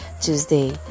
tuesday